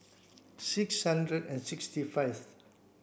six hundred and sixty five